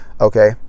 okay